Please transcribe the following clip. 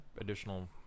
additional